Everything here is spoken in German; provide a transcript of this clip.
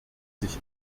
sich